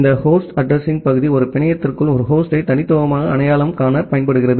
இந்த ஹோஸ்ட் அட்ரஸிங்பகுதி ஒரு பிணையத்திற்குள் ஒரு ஹோஸ்டை தனித்துவமாக அடையாளம் காண பயன்படுகிறது